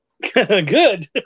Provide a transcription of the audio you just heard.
good